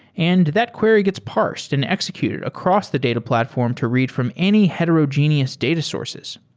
and that query gets parsed and executed across the data platform to read from any heterogeneous data sources.